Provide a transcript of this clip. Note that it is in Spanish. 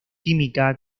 química